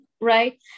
right